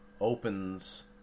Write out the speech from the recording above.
opens